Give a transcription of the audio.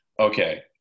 Okay